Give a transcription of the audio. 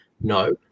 No